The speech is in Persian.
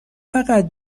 فقط